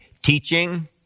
Teaching